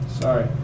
Sorry